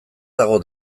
dago